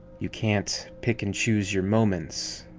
you can't pick and choose your moments.